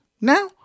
Now